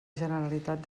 generalitat